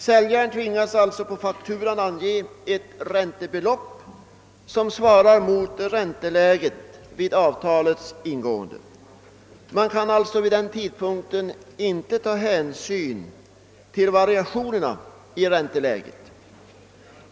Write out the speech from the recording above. Säljaren tvingas alltså på fakturan ange ett räntebelopp som svarar mot ränteläget vid avtalets ingående. Man kan sålunda vid den tidpunkten inte ta hänsyn till variationerna i ränteläget.